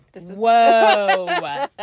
Whoa